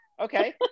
okay